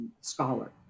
scholar